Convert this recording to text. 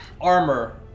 armor